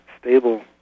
stable